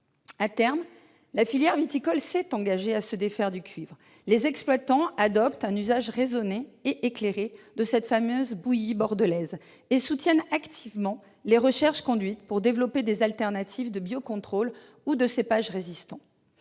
À terme, la filière viticole s'est engagée à se défaire du cuivre. Les exploitants adoptent un usage raisonné et éclairé de cette fameuse « bouillie bordelaise » et soutiennent activement les recherches conduites pour développer des alternatives de biocontrôle ou de cépages plus résistants.